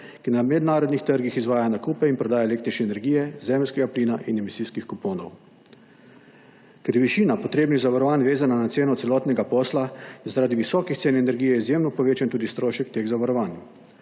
ki na mednarodnih trgih izvaja nakupe in prodajo električne energije, zemeljskega plina in emisijskih kuponov. Ker je višina potrebnih zavarovanj vezana na ceno celotnega posla, je zaradi visokih cen energije izjemno povečan tudi strošek teh zavarovanj.